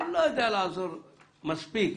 לעזור מספיק